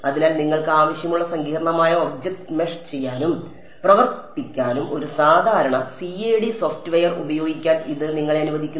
അതിനാൽ നിങ്ങൾക്ക് ആവശ്യമുള്ള സങ്കീർണ്ണമായ ഒബ്ജക്റ്റ് മെഷ് ചെയ്യാനും പ്രവർത്തിക്കാനും ഒരു സാധാരണ CAD സോഫ്റ്റ്വെയർ ഉപയോഗിക്കാൻ ഇത് നിങ്ങളെ അനുവദിക്കുന്നു